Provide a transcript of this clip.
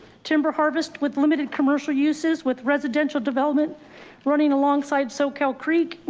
timber harvest. with limited commercial uses with residential development running alongside soquel creek,